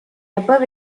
above